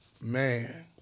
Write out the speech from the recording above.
Man